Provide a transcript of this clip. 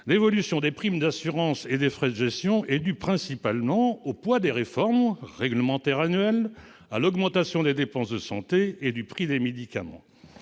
l'évolution des primes d'assurance et des frais de gestion est due principalement au poids des réformes réglementaires annuelles et à l'augmentation des dépenses de santé et du prix des médicaments.